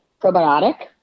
probiotic